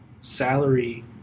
salary